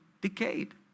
decayed